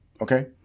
Okay